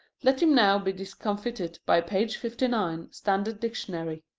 let him now be discomfited by page fifty-nine, standard dictionary.